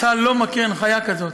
צה"ל לא מכיר הנחיה כזאת.